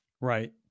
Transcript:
right